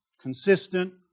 consistent